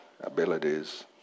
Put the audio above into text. abilities